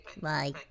Bye